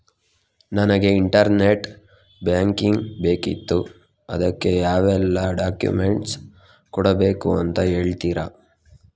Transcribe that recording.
ನನಗೆ internet bank ಬೇಕಿತ್ತು ಅದಕ್ಕೆ ಯಾವೆಲ್ಲಾ ಡಾಕ್ಯುಮೆಂಟ್ಸ್ ಕೊಡ್ಬೇಕು ಅಂತ ಹೇಳ್ತಿರಾ?